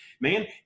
Man